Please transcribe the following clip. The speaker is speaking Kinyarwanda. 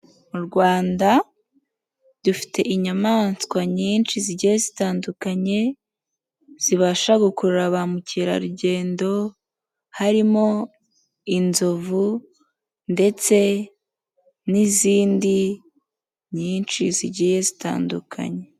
Mu Rwanda dufite inyamaswa nyinshi zigiye zitandukanye, zibasha gukurura ba mukerarugendo, harimo inzovu, ndetse n'izindi nyinshi zigiye zitandukanye.